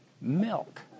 milk